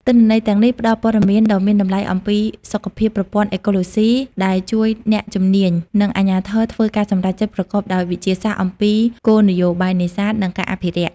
ទិន្នន័យទាំងនេះផ្តល់ព័ត៌មានដ៏មានតម្លៃអំពីសុខភាពប្រព័ន្ធអេកូឡូស៊ី ដែលជួយអ្នកជំនាញ និងអាជ្ញាធរធ្វើការសម្រេចចិត្តប្រកបដោយវិទ្យាសាស្ត្រអំពីគោលនយោបាយនេសាទ និងការអភិរក្ស។